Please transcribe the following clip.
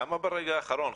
למה ברגע האחרון?